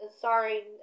sorry